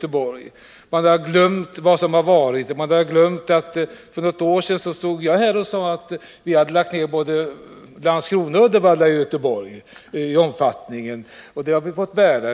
bekymmer. Man har glömt vad som har varit. För något år sedan stod jagt.ex. här och sade att vi i Göteborgsregionen hade nedläggelser av varv i en omfattning som motsvarade varven både i Landskrona och i Uddevalla. 7: Det här har vi fått bära.